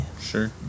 Sure